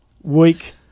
week